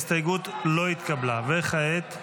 הסתייגות לא התקבלה, וכעת?